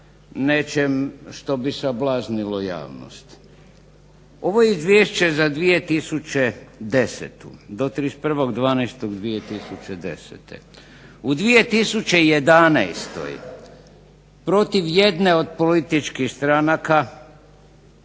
nečem što bi sablaznilo javnost. Ovo je izvješće za 2010. do 31.12.2010. u 2011. protiv jedne od političkih stranaka